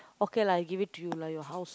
okay lah I give it to you lah your house